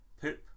Poop